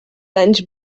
anys